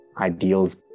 ideals